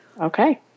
Okay